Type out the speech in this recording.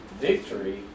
Victory